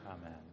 Amen